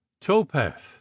topeth